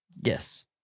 Yes